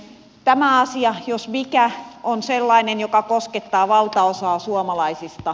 tämä asia jos mikä on sellainen joka koskettaa valtaosaa suomalaisista